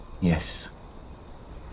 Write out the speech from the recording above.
Yes